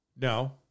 No